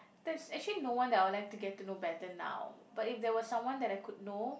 there's actually no one that I would like to get to know better now but if there were someone that I could know